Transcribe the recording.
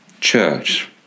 church